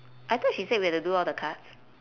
I thought she said we have to do all the cards